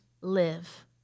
live